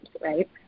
right